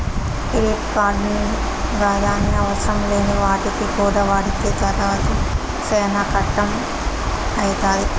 credit కార్డుంది గదాని అవసరంలేని వాటికి కూడా వాడితే తర్వాత సేనా కట్టం అయితాది